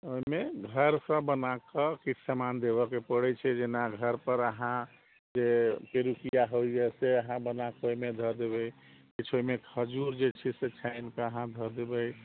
ओहिमे घरसँ बनाकऽ किछु सामान देबैके पड़ै छै जेना घरपर अहाँ जे पिरुकिया होइए से अहाँ बनाकऽ ओहिमे धऽ देबै किछु ओहिमे खजूर जे छै से छानिकऽ अहाँ धऽ देबै